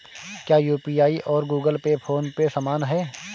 क्या यू.पी.आई और Google Pay PhonePe समान हैं?